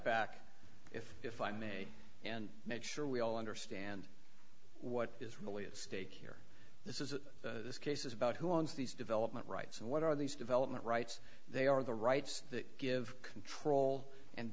back if if i may and make sure we all understand what is really at stake here this is that this case is about who owns these development rights and what are these development rights they are the rights that give control and